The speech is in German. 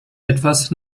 etwas